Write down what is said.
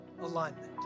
alignment